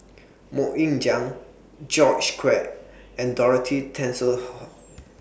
Mok Ying Jang George Quek and Dorothy